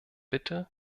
bitte